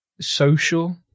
social